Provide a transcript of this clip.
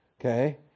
okay